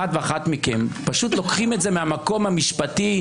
ואחת מכם לוקחים את זה מהמקום המשפטי,